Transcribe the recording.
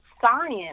science